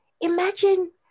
imagine